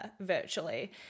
virtually